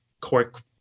cork